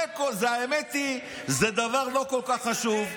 האמת היא שזה דבר לא כל כך חשוב.